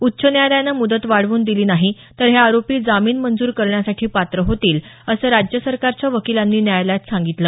उच्च न्यायालयानं मुदत वाढवून दिली नाही तर हे आरोपी जामीन मंजूर करण्यासाठी पात्र होतील असं राज्य सरकारच्या वकिलांनी न्यायालयात सांगितलं